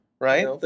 right